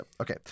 Okay